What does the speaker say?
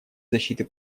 защиты